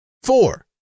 Four